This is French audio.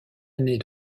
année